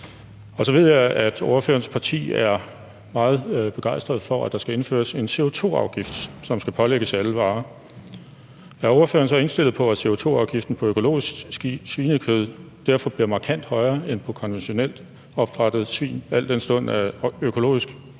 Og så ved jeg, at ordførerens parti er meget begejstret for, at der skal indføres en CO2-afgift, som skal lægges på alle varer. Er ordføreren så indstillet på, at CO2-afgiften på økologisk svinekød derfor bliver markant højere end på kød fra konventionelt opdrættede svin, al den stund at økologisk svinekød